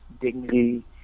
dignity